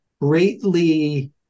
greatly